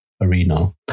arena